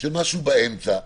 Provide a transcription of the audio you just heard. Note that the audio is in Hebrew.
שמשהו באמצע,